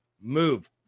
move